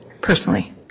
personally